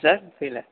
sir புரியல